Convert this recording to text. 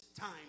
time